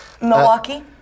Milwaukee